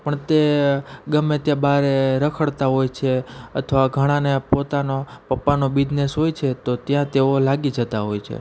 પણ તે ગમે તે બહારે રખડતા હોય છે અથવા ઘણાને પોતાનો પપ્પાનો બિજનેસ હોય છે તો ત્યાં તેઓ લાગી જતાં હોય છે